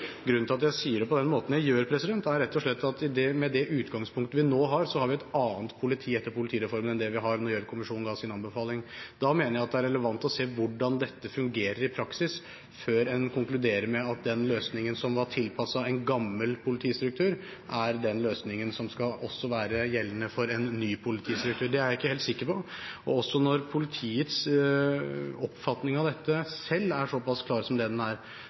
Grunnen til at jeg sier det på den måten, er rett og slett at med det utgangspunktet vi nå har, har vi et annet politi etter politireformen enn vi hadde da Gjørv-kommisjonen ga sin anbefaling. Da mener jeg at det er relevant å se hvordan dette fungerer i praksis, før en konkluderer med at den løsningen som var tilpasset en gammel politistruktur, er den løsningen som også skal være gjeldende for en ny politistruktur. Det er jeg ikke helt sikker på. Og når politiets oppfatning av dette selv er såpass klar som det den er,